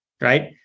right